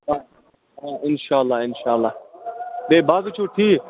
اِنشاللہ اِنشاللہ بیٚیہِ باقٕے چھِو ٹھیٖک